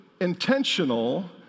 intentional